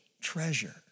treasure